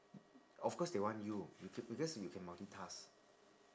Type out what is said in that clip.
of course they want you ca~ because you can multitask